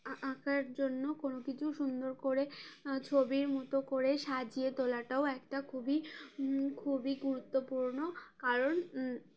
আঁকার জন্য কোনো কিছু সুন্দর করে ছবির মতো করে সাজিয়ে তোলাটাও একটা খুবই খুবই গুরুত্বপূর্ণ কারণ